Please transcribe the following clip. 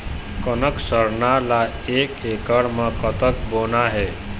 कनक सरना ला एक एकड़ म कतक बोना हे?